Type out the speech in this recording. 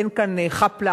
אין כאן חאפ-לאפ,